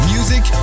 Music